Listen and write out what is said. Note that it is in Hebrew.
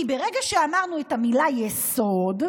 כי ברגע שאמרנו את המילה "יסוד",